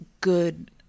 good